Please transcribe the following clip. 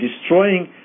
destroying